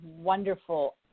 wonderful